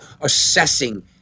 assessing